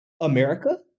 America